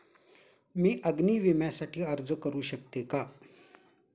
मी अग्नी विम्यासाठी अर्ज करू शकते का?